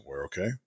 okay